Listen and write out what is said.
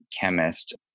chemist